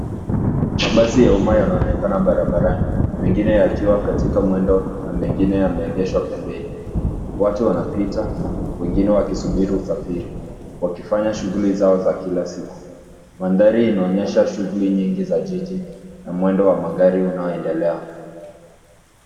Mabasi ya umma yanayoonekana barabarani. Mengine yakiwa katika mwendo na mengine yameegeshwa pembeni. Watu wanapita wengine wakisubiri usafiri wakifanya shughuli zao za kila siku. Mandhari inaonyesha shughuli na nyingi za jiji na mwendo wa magari unaoendelea.